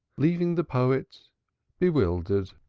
leaving the poet bewildered.